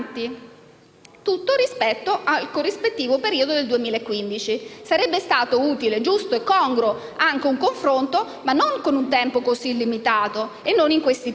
Tutto rispetto al corrispettivo periodo del 2015: sarebbe stato utile, giusto e congruo un confronto ma non con un periodo di tempo così limitato e non in questi termini.